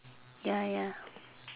ya ya